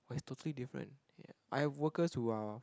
but it's totally different I have workers who are